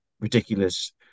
ridiculous